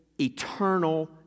eternal